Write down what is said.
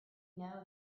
know